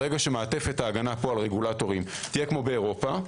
ברגע שמעטפת ההגנה פה על רגולטורים תהיה כמו באירופה,